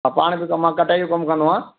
हा पाण बि त मां कटाई जो कमु कंदो आहियां